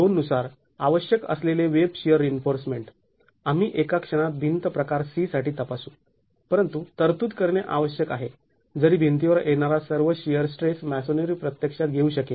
२ नुसार आवश्यक असलेले वेब शिअर रिइन्फोर्समेंट आम्ही एका क्षणात भिंत प्रकार C साठी तपासू परंतु तरतूद करणे आवश्यक आहे जरी भिंतीवर येणारा सर्व शिअर स्ट्रेस मॅसोनरी प्रत्यक्षात घेऊ शकेल